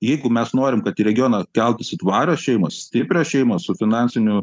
jeigu mes norim kad į regioną keltųsi tvarios šeimos stiprios šeimos su finansiniu